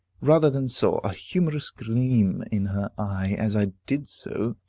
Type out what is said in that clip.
rather than saw, a humorous gleam in her eye, as i did so,